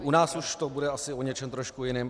U nás už to bude asi o něčem trošku jiném.